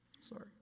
sorry